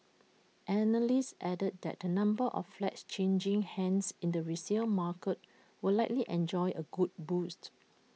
analysts added that the number of flats changing hands in the resale market will likely enjoy A good boost